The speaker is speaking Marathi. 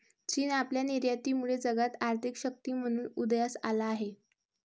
चीन आपल्या निर्यातीमुळे जगात आर्थिक शक्ती म्हणून उदयास आला आहे